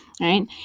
right